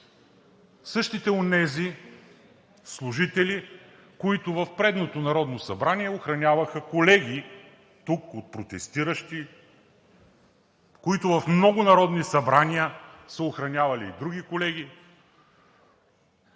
същите онези служители, които в предното Народно събрание охраняваха колеги тук от протестиращи, които в много народни събрания са охранявали и други колеги.